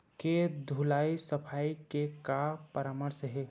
के धुलाई सफाई के का परामर्श हे?